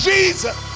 Jesus